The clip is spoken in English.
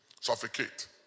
Suffocate